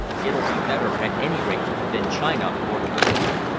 it'll be better, at any rate, than china or the pacific.